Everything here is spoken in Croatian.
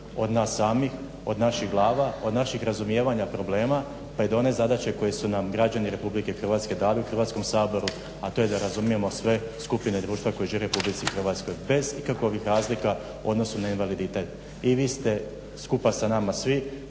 od nas samih, od naših glava, od naših razumijevanja problema, pa i do one zadaće koje su nam građani RH dali u Hrvatskom saboru, a to je da razumijemo sve skupine društva koje žive u RH bez ikakvih razlika u odnosu na invaliditet. I vi ste skupa sa nama svi,